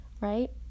right